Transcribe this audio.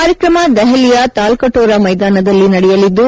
ಕಾರ್ಯಕ್ರಮ ದೆಹಲಿಯ ತಾಲ್ಕೋಟೊರಾ ಮೈದಾನದಲ್ಲಿ ನಡೆಯಲಿದ್ದು